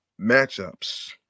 matchups